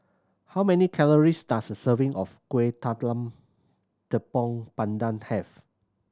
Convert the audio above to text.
how many calories does a serving of Kueh Talam Tepong Pandan have